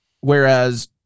whereas